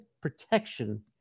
protection